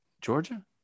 Georgia